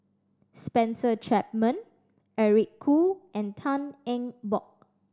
Spencer Chapman Eric Khoo and Tan Eng Bock